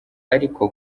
ariko